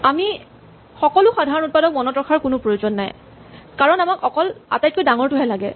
আমি সকলো সাধাৰণ উৎপাদক মনত ৰখাৰ কোনো প্ৰয়োজন নাই কাৰণ আমাক অকল আটাইতকৈ ডাঙৰটোহে লাগে